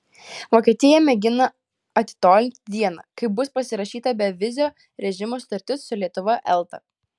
vokietija mėgina atitolinti dieną kai bus pasirašyta bevizio režimo sutartis su lietuva elta